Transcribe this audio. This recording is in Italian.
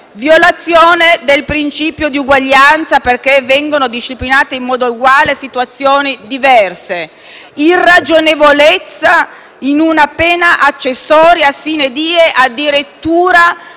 violazione del principio di uguaglianza, perché vengono disciplinate in modo uguale situazioni diverse, irragionevolezza in una pena accessoria *sine die* che addirittura